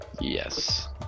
Yes